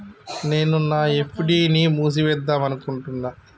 నేను నా ఎఫ్.డి ని మూసివేద్దాంనుకుంటున్న